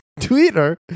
Twitter